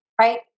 right